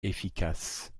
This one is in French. efficace